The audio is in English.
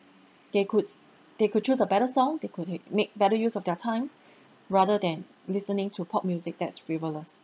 they could they could choose a better song they could ha~ make better use of their time rather than listening to pop music that's frivolous